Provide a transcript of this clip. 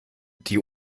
die